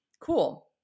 Cool